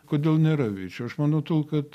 kodėl nėra vyčio aš manau tol kad